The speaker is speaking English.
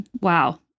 Wow